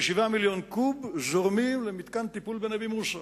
כ-7 מיליוני קוב זורמים למתקן טיפול בנבי-מוסא.